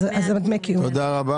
אז דמי הקיום יותר גבוהים.